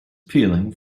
peeling